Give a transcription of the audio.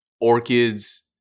Orchid's